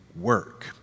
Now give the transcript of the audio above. work